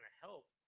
help